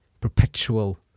perpetual